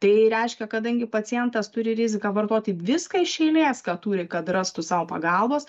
tai reiškia kadangi pacientas turi riziką vartoti viską iš eilės ką turi kad rastų sau pagalbos